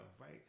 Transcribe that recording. right